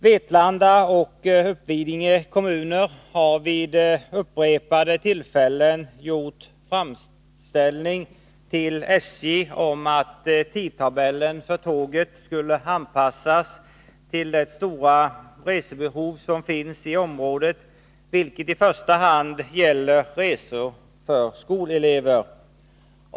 Vetlanda och Uppvidinge kommuner har vid upprepade tillfällen gjort framställningar till SJ om att tidtabellen för tåget skulle anpassas till de stora resebehov som finns i området, vilket i första hand gäller resor för skolelever.